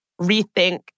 rethink